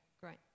great